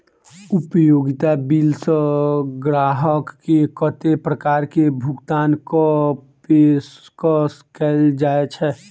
उपयोगिता बिल सऽ ग्राहक केँ कत्ते प्रकार केँ भुगतान कऽ पेशकश कैल जाय छै?